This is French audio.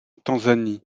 tanzanie